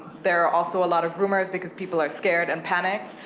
there are also a lot of rumors, because people are scared and panic.